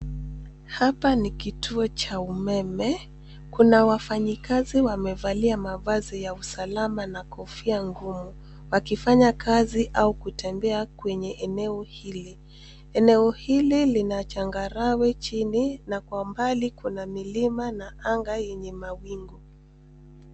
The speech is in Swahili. Hapa ni kituo cha umeme. Kuna wafanyikazi wamevalia mavazi ya usalama na kofia ngumu wakifanya kazi au kutembea kwenye eneo hili. Eneo hili lina changarawe chini na kwa mbali kuna milima na anga yenye mawingu.